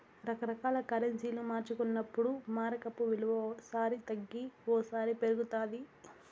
రకరకాల కరెన్సీలు మార్చుకున్నప్పుడు మారకపు విలువ ఓ సారి తగ్గి ఓసారి పెరుగుతాది